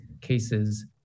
cases